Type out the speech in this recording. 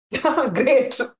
Great